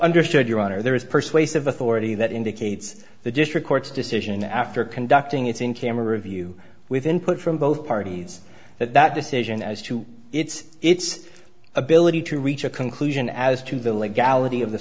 understood your honor there is persuasive authority that indicates the district court's decision after conducting its in camera view with input from both parties that that decision as to its its ability to reach a conclusion as to the legality of the